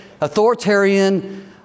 authoritarian